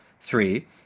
Three